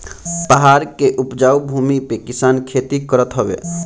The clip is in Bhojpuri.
पहाड़ के उपजाऊ भूमि पे किसान खेती करत हवे